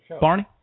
Barney